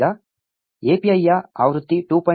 ಈಗ API ಯ ಆವೃತ್ತಿ 2